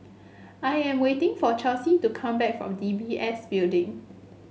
I am waiting for Chelsi to come back from D B S Building